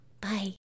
Bye